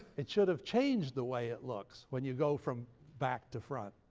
it should've changed the way it looks, when you go from back to front.